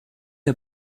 der